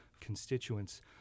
constituents